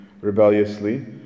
rebelliously